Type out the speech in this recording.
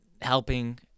helping